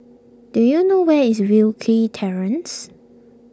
do you know where is Wilkie Terrace